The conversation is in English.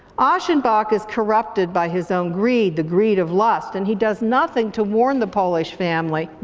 aschenbach is corrupted by his own greed, the greed of lust, and he does nothing to warn the polish family,